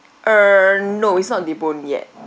uh no it's not deboned yet